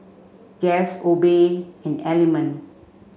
Guess Obey and Element